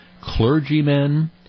clergymen